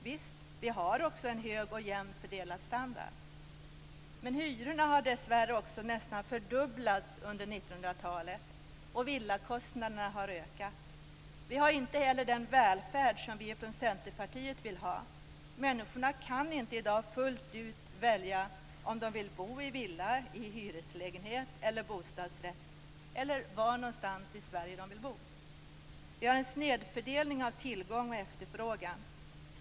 Visst har vi också en hög och jämnt fördelad standard, men hyrorna har dessvärre nästan fördubblats under 90-talet. Också villakostnaderna har ökat. Vi har inte heller den välfärd som vi från Centerpartiet vill ha. Människorna kan inte i dag fullt ut välja om de vill bo i villa, i hyreslägenhet eller i bostadsrätt, inte heller var någonstans i Sverige de vill bo. Vi har en snedfördelning av tillgång och efterfrågan.